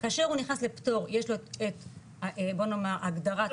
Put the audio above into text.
כאשר הוא נכנס לפטור יש לו בוא נאמר הגדרה.